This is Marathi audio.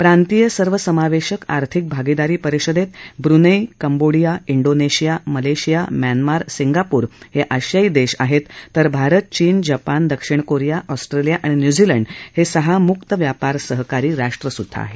प्रांतीय सर्वसमावेश आर्थिक भागीदारी परिषदेत Brunei Cambodia Indonesia Malaysia Myanmar Singapore हे आशियायी देश आहेत तर भारत चीन जपान दक्षिण कोरिया ऑस्ट्रेलिया आणि न्यूझीलंड हे सहा मुक्त व्यापार सहकारी राष्ट्र आहेत